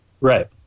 Right